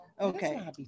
Okay